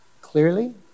Clearly